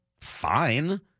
fine